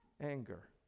anger